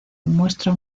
muestra